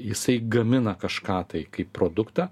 jisai gamina kažką tai kaip produktą